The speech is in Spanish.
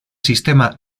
sistema